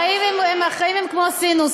החיים הם כמו סינוס,